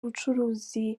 ubucuruzi